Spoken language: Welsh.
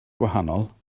gwahanol